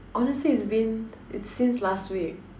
honestly it's been it's since last week